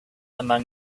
among